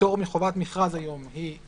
הפטור מחובת מכרז היום היא,